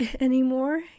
anymore